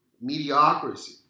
mediocrity